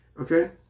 Okay